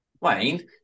Wayne